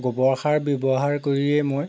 গোবৰ সাৰ ব্যৱহাৰ কৰিয়ে মই